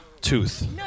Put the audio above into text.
tooth